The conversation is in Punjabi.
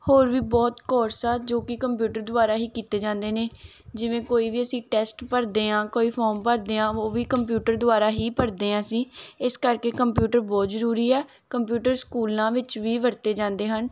ਹੋਰ ਵੀ ਬਹੁਤ ਕੋਰਸ ਆ ਜੋ ਕਿ ਕੰਪਿਊਟਰ ਦੁਆਰਾ ਹੀ ਕੀਤੀ ਜਾਂਦੇ ਨੇ ਜਿਵੇਂ ਕੋਈ ਵੀ ਅਸੀਂ ਟੈਸਟ ਭਰਦੇ ਹਾਂ ਕੋਈ ਫੋਰਮ ਭਰਦੇ ਹਾਂ ਉਹ ਵੀ ਕੰਪਿਊਟਰ ਦੁਆਰਾ ਹੀ ਭਰਦੇ ਹਾਂ ਅਸੀਂ ਇਸ ਕਰਕੇ ਕੰਪਿਊਟਰ ਬਹੁਤ ਜ਼ਰੂਰੀ ਆ ਕੰਪਿਊਟਰ ਸਕੂਲਾਂ ਵਿੱਚ ਵੀ ਵਰਤੇ ਜਾਂਦੇ ਹਨ